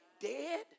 dead